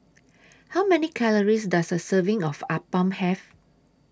How Many Calories Does A Serving of Appam Have